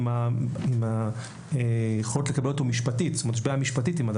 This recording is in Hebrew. עם התביעה המשפטית.